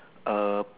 a